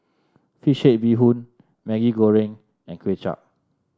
fish head Bee Hoon Maggi Goreng and Kway Chap